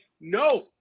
no